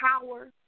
power